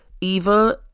evil